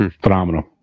phenomenal